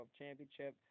championship